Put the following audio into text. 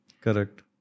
Correct